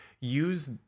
use